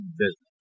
business